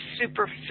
super